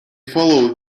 followed